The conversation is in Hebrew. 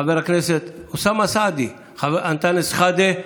חבר הכנסת אוסאמה סעדי, חבר הכנסת אנטאנס שחאדה,